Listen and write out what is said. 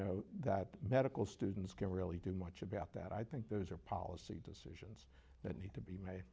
know that medical students can really do much about that i think those are policy does not need to be m